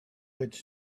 its